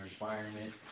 environment